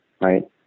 Right